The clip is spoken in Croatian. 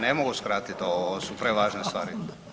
Ne mogu skratit ovo su prevažne stvari.